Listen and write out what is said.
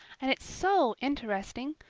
and it's so interesting.